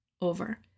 over